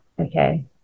okay